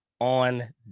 on